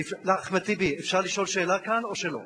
אחמד טיבי, אפשר לשאול שאלה כאן או שלא?